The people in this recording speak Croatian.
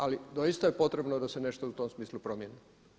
Ali doista je potrebno da se nešto u tom smislu promjeni.